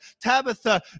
Tabitha